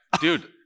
dude